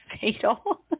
fatal